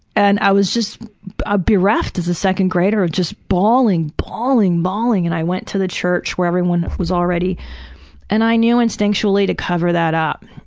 and i was just ah bereft as a second grader, just bawling, bawling, bawling. and i went to the church where everyone was already and i knew instinctually to cover that up.